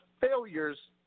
failures